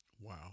Wow